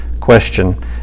question